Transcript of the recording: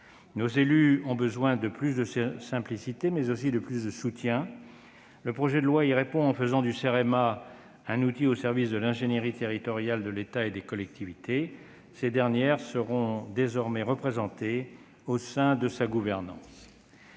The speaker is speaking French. Nos élus ont besoin de plus de simplicité, mais aussi de plus de soutien. Le projet de loi y répond en faisant du Cerema un outil au service de l'ingénierie territoriale de l'État et des collectivités. Ces dernières seront désormais représentées au sein de sa gouvernance.